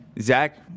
Zach